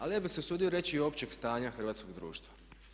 Ali ja bih se usudio reći i općeg stanja hrvatskog društva.